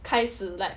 开始 like